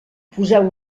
poseu